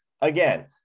again